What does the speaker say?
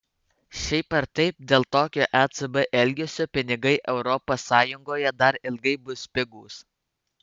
šiaip ar taip dėl tokio ecb elgesio pinigai europos sąjungoje dar ilgai bus pigūs